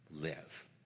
live